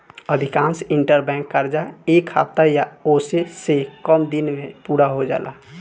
अधिकांश इंटरबैंक कर्जा एक हफ्ता या ओसे से कम दिन में पूरा हो जाला